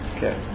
Okay